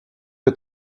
que